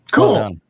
Cool